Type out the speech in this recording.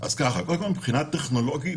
מבחינה טכנולוגית,